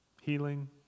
healing